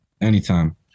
Anytime